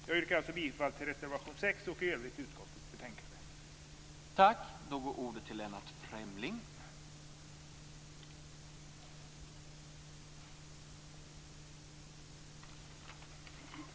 Jag yrkar alltså bifall till reservation 6 och i övrigt till utskottets hemställan i betänkandet.